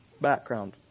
background